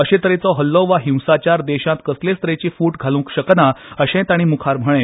अशे तरेचो हल्लो वा हिंसाचार देशात कसलेच तरेची फूट घालूंक शकना अशेय ताणी म्खार म्हळे